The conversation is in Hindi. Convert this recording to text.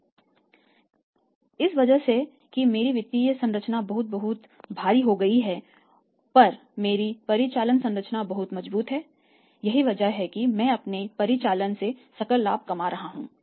इसलिए इस वजह से कि मेरी वित्तीय संरचना बहुत बहुत भारी हो गई है पर मेरी परिचालन संरचना बहुत मजबूत है यही वजह है कि मैं अपने परिचालन से सकल लाभ कमा रहा हूं